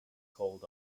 called